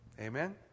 Amen